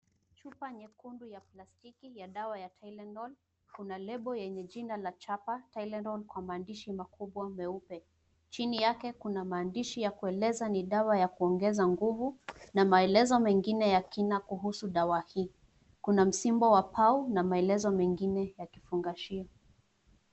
Chupa nyekundu ya plastiki ya dawa ya Tylenol. Kuna lebo yenye jina la chapa Tylenol kwa maandishi makubwa meupe. Chini yake kuna maandishi ya kueleza ni dawa ya kuongeza nguvu na maelezo mengine ya kina kuhusu dawa hii. Kuna msimbo wa pao na maelezo mengine ya kifungashio.